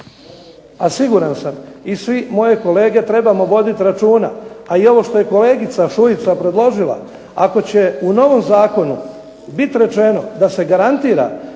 a siguran sam i sve moje kolege trebamo voditi računa. A i ovo što je kolegica Šuica predložila ako će u novom zakonu biti rečeno da se garantira